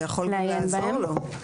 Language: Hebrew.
זה יכול גם לעזור לו,